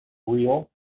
real